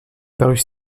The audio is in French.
parut